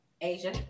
Asia